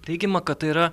teigiama kad tai yra